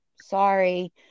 Sorry